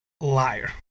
liar